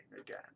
again